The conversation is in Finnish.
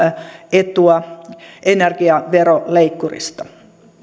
etua energiaveroleikkurista